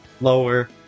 lower